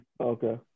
Okay